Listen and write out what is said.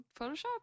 Photoshop